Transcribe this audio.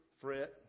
fret